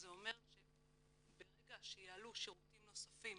זה אומר שברגע שיעלו שירותים נוספים